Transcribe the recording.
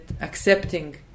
accepting